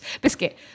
Biscuit